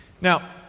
Now